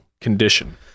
condition